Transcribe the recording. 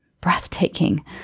Breathtaking